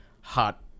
hot